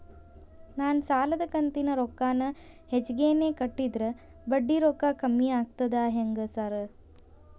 ನಾನ್ ಸಾಲದ ಕಂತಿನ ರೊಕ್ಕಾನ ಹೆಚ್ಚಿಗೆನೇ ಕಟ್ಟಿದ್ರ ಬಡ್ಡಿ ರೊಕ್ಕಾ ಕಮ್ಮಿ ಆಗ್ತದಾ ಹೆಂಗ್ ಸಾರ್?